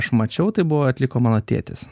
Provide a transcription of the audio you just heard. aš mačiau tai buvo atliko mano tėtis